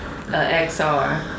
XR